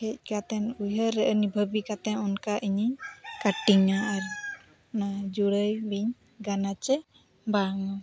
ᱦᱮᱡ ᱠᱟᱛᱮᱫ ᱩᱭᱦᱟᱹᱨ ᱨᱮ ᱟᱹᱱᱤᱵᱷᱟᱹᱵᱤ ᱠᱟᱛᱮᱫ ᱚᱱᱠᱟ ᱤᱧᱤᱧ ᱼᱟ ᱟᱨ ᱚᱱᱟ ᱡᱩᱲᱟᱹᱣ ᱞᱤᱧ ᱜᱟᱱᱟᱪᱮ ᱵᱟᱝ